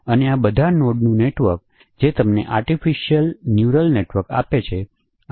અને આ બધા નોડનું નેટવર્ક જે તમને આર્ટિફિસિયલ ન્યુરલ નેટવર્ક આપે છે